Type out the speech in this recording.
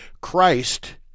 Christ